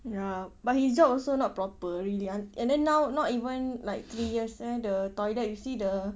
ya but his job also not proper really and then now not even like three years eh the toilet you see the